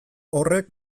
horrek